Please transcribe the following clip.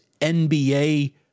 NBA